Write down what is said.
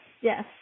yes